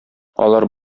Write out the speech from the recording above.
алар